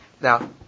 now